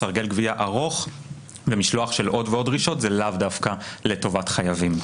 סרגל גבייה ומשלוח של עוד ועוד דרישות זה לאו דווקא לטובת חייבים.